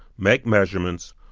make measurements,